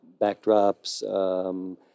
backdrops